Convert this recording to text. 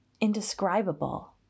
indescribable